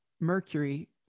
Mercury